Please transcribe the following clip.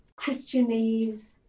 Christianese